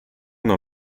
non